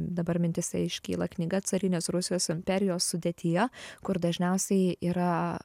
dabar mintyse iškyla knyga carinės rusijos imperijos sudėtyje kur dažniausiai yra